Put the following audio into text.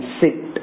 sit